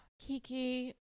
Kiki